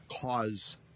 cause